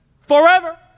forever